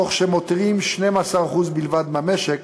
ומותירים 12% בלבד מהמשק